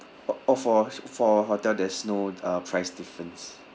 oh oh for for hotel there's no uh price difference